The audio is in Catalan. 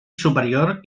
superior